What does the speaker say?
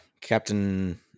Captain